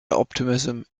optimism